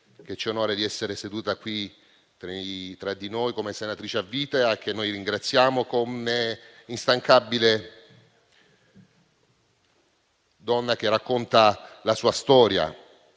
ci onora di essere seduta qui tra noi come senatrice a vita e che noi ringraziamo, missione di instancabile donna che racconta la sua storia.